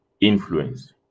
influence